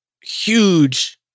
huge